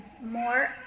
more